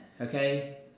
okay